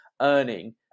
earning